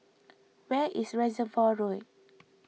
where is Reservoir Road